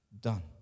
done